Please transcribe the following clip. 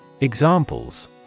Examples